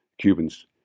Cubans